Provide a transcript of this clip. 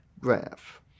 graph